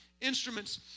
instruments